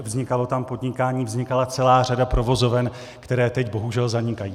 Vznikalo tam podnikání, vznikala tam celá řada provozoven, které teď bohužel zanikají.